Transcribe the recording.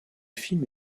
film